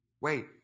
Wait